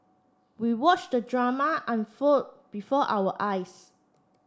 we watched the drama unfold before our eyes